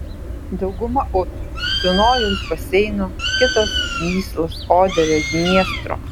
dauguma upių dunojaus baseino kitos vyslos oderio dniestro